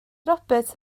roberts